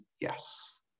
yes